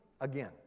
again